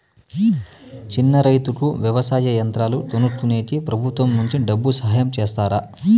చిన్న రైతుకు వ్యవసాయ యంత్రాలు కొనుక్కునేకి ప్రభుత్వం నుంచి డబ్బు సహాయం చేస్తారా?